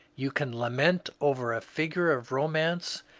you can lament over a figure of romance,